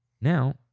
now